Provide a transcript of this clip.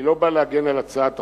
אני לא בא להגן על הצעת החוק,